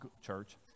church